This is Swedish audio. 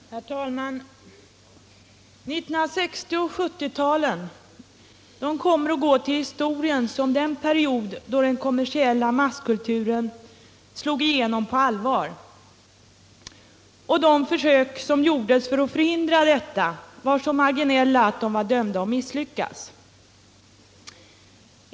Herr talman! 1960 och 1970-talen kommer att gå till historien som den period då den kommersiella masskulturen slog igenom på allvar och de försök som gjordes att förhindra detta var så marginella att de var dömda att misslyckas.